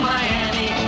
Miami